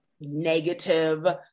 negative